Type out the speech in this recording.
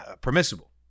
permissible